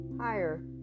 higher